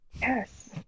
Yes